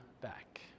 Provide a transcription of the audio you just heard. back